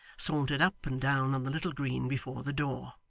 sauntered up and down on the little green before the door.